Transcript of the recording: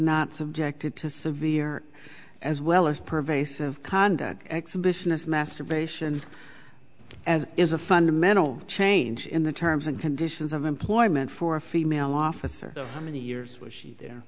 not subjected to severe as well as pervasive conduct exhibitionist masturbation as is a fundamental change in the terms and conditions of employment for a female officer how many years was she there